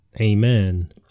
Amen